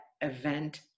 event